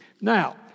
Now